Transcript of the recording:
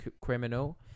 criminal